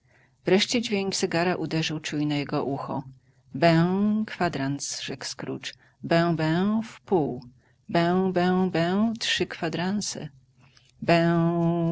wreszcie dźwięk zegara uderzył czujne jego ucho bę kwadrans rzekł scrooge bę bę wpół bę bę bę trzy kwadranse